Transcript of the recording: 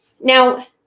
Now